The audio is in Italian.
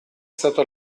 stato